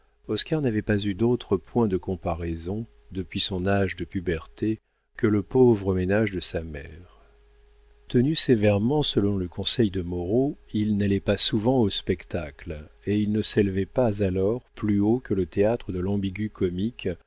n'avait pas eu d'autres points de comparaison depuis son âge de puberté que le pauvre ménage de sa mère tenu sévèrement selon le conseil de moreau il n'allait pas souvent au spectacle et il ne s'élevait pas alors plus haut que le théâtre de l'ambigu-comique